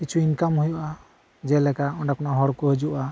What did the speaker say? ᱠᱤᱪᱷᱩ ᱤᱱᱠᱟᱢ ᱦᱩᱭᱩᱜᱼᱟ ᱡᱮᱞᱮᱠᱟ ᱚᱸᱰᱮ ᱠᱷᱚᱱᱟᱜ ᱦᱚᱲᱠᱩ ᱦᱤᱡᱩᱜᱼᱟ